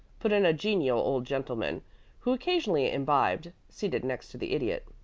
put in a genial old gentleman who occasionally imbibed, seated next to the idiot.